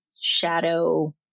shadow